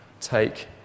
take